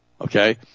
Okay